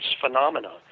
phenomena